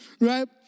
right